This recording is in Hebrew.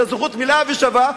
אלא אזרחות מלאה ושווה.